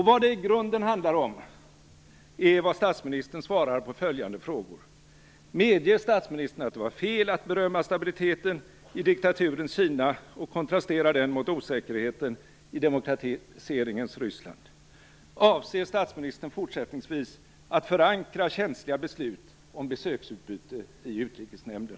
Vad det i grunden handlar om är vad statsministern svarar på följande frågor: Medger statsministern att det var fel att berömma stabiliteten i diktaturens Kina och kontrastera den mot osäkerheten i demokratiseringens Ryssland? Avser statsministern fortsättningsvis att förankra känsliga beslut om besöksutbyte i utrikesnämnden?